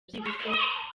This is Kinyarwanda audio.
byibuze